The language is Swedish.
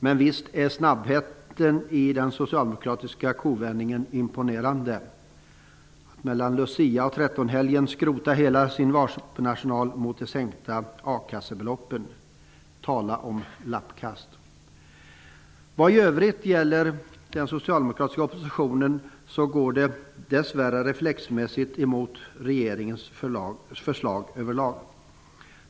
Men visst var snabbheten i den socialdemokratiska kovändningen imponerande. Mellan Lucia och trettonhelgen skrotade man hela sin argumentarsenal mot sänkningen av akasseersättningen. Tala om lappkast! Den socialdemokratiska oppositionen i övrigt går dess värre över lag reflexmässigt mot regeringens förslag.